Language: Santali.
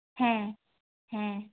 ᱦᱮᱸ ᱦᱮᱸ